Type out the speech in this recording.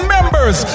Members